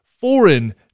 foreign